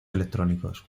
electrónicos